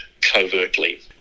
covertly